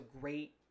great